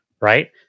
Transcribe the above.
right